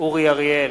אורי אריאל,